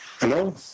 Hello